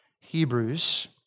Hebrews